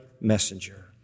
messenger